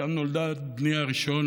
שם נולד בני הראשון,